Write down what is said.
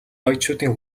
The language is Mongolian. баячуудын